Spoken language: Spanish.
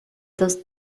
dos